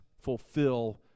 fulfill